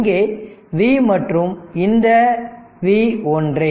இங்கே V மற்றும் இந்த V ஒன்றே